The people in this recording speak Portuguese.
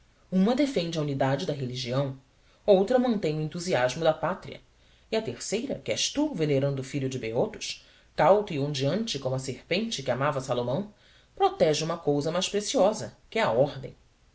uma defende a unidade da religião outra mantém o entusiasmo da pátria e a terceira que és tu venerando filho de beotos cauto e ondeante como a serpente que amava salomão protege uma cousa mais preciosa que é a ordem